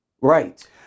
Right